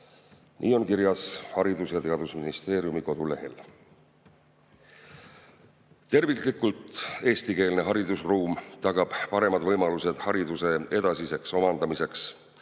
Nii on kirjas Haridus- ja Teadusministeeriumi kodulehel. Terviklikult eestikeelne haridusruum tagab paremad võimalused hariduse edasiseks omandamiseks,